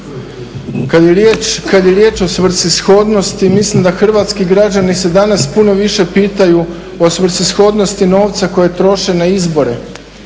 Kad je riječ o svrsishodnosti mislim da hrvatski građani se danas puno više pitaju o svrsishodnosti novca koji troše na izbore